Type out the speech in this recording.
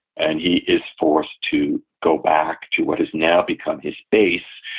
and he is forced to go back to what has now become his base,